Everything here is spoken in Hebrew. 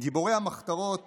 גיבורי המחתרות